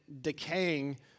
decaying